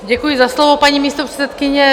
Děkuji za slovo, paní místopředsedkyně.